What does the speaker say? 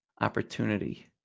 opportunity